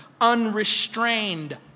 unrestrained